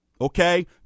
okay